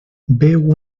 beu